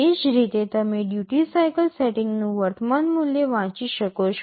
એ જ રીતે તમે ડ્યૂટિ સાઇકલ સેટિંગનું વર્તમાન મૂલ્ય વાંચી શકો છો